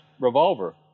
revolver